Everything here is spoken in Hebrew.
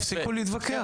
תפסיקו להתווכח,